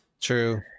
true